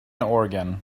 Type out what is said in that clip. organ